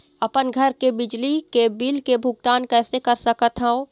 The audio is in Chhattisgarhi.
अपन घर के बिजली के बिल के भुगतान कैसे कर सकत हव?